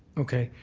okay.